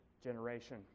generation